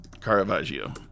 Caravaggio